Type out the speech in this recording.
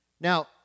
Now